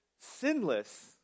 sinless